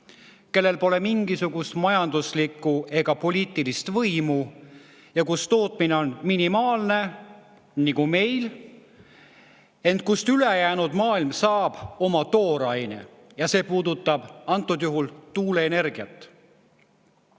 kellel pole mingisugust majanduslikku ega poliitilist võimu ja kus tootmine on minimaalne nagu meil, ent kust ülejäänud maailm saab oma tooraine. See puudutab antud juhul tuuleenergiat.